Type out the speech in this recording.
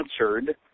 answered